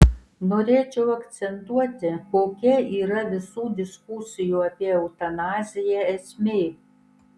norėčiau akcentuoti kokia yra visų diskusijų apie eutanaziją esmė